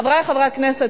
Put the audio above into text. חברי חברי הכנסת,